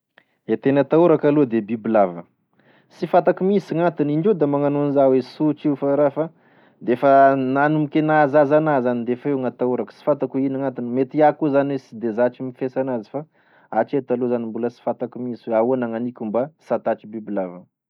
E tena atahorako aloa da bibilava sy fantako misy gn'atony, indreo da magnano anazy hoe sotry io fa ra fa efa nanombiky e nahazaza anahy zany defa io gantahorako sy fantako hoe ino gnatony ,mety iaho koa zany sy de zatry mifesa anazy fa atreto aloa mbola sy fatako misy aona gnaniko mba sy atatry bibilava